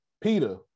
Peter